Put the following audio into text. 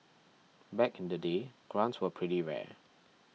back in the day grants were pretty rare